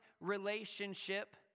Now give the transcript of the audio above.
relationship